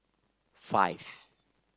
five